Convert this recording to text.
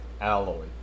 alloy